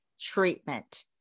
treatment